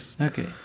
Okay